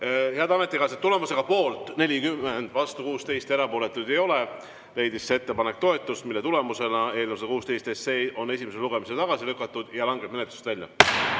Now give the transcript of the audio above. Head ametikaaslased! Tulemusega poolt 40, vastu 16, erapooletuid ei ole, leidis ettepanek toetust, mille tulemusena on eelnõu 116 esimesel lugemisel tagasi lükatud ja langeb menetlusest välja.